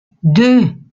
deux